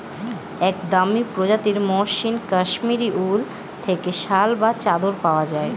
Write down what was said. এক দামি প্রজাতির মসৃন কাশ্মীরি উল থেকে শাল বা চাদর পাওয়া যায়